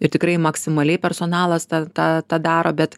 ir tikrai maksimaliai personalas tą tą tą daro bet